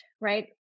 right